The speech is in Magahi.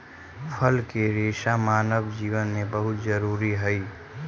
फल के रेसा मानव जीवन में बहुत जरूरी हई